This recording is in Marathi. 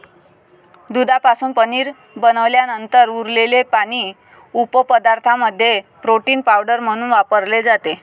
दुधापासून पनीर बनवल्यानंतर उरलेले पाणी उपपदार्थांमध्ये प्रोटीन पावडर म्हणून वापरले जाते